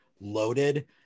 loaded